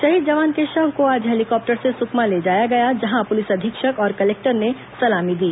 शहीद जवान के शव को आज हेलीकॉप्टर से सुकमा ले जाया गया जहां पुलिस अधीक्षक और कलेक्टर ने सलामी दी